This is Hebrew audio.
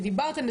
ודיברתם,